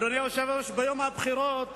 אדוני היושב-ראש, ביום הבחירות